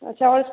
अच्छा और इस